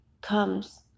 comes